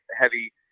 heavy